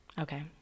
Okay